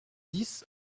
dix